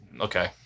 Okay